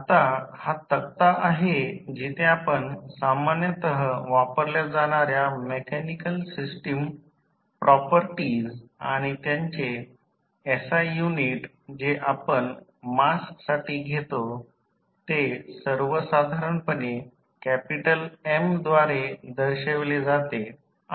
आता हा तक्ता आहे जिथे आपण सामान्यतः वापरल्या जाणार्या मेकॅनिकल सिस्टम प्रॉपर्टीज आणि त्यांचे SI युनिट जे आपण माससाठी घेतो ते सर्वसाधारणपणे कॅपिटल M द्वारे दर्शविले जाते